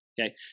okay